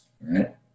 right